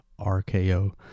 RKO